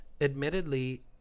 admittedly